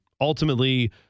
ultimately